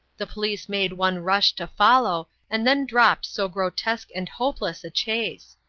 the police made one rush to follow, and then dropped so grotesque and hopeless a chase.